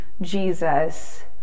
jesus